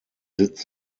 sitz